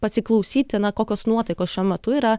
pasiklausyti na kokios nuotaikos šiuo metu yra